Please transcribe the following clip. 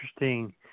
interesting